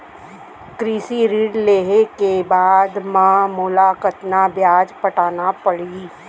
कृषि ऋण लेहे के बाद म मोला कतना ब्याज पटाना पड़ही?